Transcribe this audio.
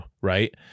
right